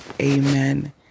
Amen